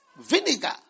Vinegar